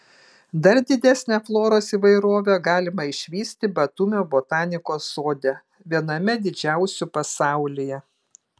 dar didesnę floros įvairovę galima išvysti batumio botanikos sode viename didžiausių pasaulyje